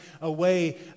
away